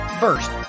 First